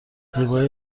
زیبایی